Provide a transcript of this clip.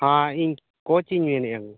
ᱦᱮᱸ ᱤᱧ ᱠᱳᱪ ᱢᱮᱱᱮᱫᱼᱟ